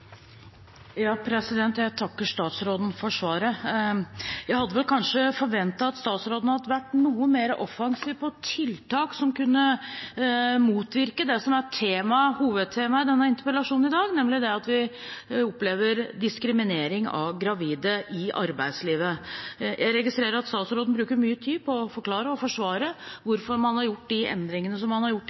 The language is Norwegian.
Jeg takker statsråden for svaret. Jeg hadde kanskje forventet at statsråden hadde vært noe mer offensiv med tanke på tiltak som kunne motvirke det som er hovedtemaet i denne interpellasjonen i dag, nemlig at vi opplever diskriminering av gravide i arbeidslivet. Jeg registrerer at statsråden bruker mye tid på å forklare og forsvare hvorfor man har gjort de endringene som man har gjort